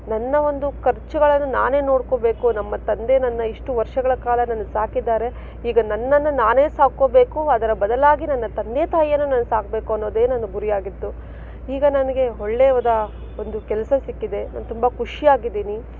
ನನ್ನ ಒಂದು ಖರ್ಚುಗಳನ್ನು ನಾನೇ ನೋಡ್ಕೋಬೇಕು ನಮ್ಮ ತಂದೆ ನನ್ನ ಇಷ್ಟು ವರ್ಷಗಳ ಕಾಲ ನನ್ನ ಸಾಕಿದ್ದಾರೆ ಈಗ ನನ್ನನ್ನು ನಾನೇ ಸಾಕೋಬೇಕು ಅದರ ಬದಲಾಗಿ ನನ್ನ ತಂದೆ ತಾಯಿಯನ್ನು ನಾನು ಸಾಕಬೇಕು ಅನ್ನೋದೇ ನನ್ನ ಗುರಿಯಾಗಿತ್ತು ಈಗ ನನಗೆ ಒಳ್ಳೆಯ್ವದ ಒಂದು ಕೆಲಸ ಸಿಕ್ಕಿದೆ ನಾನು ತುಂಬ ಖುಷಿಯಾಗಿದ್ದೀನಿ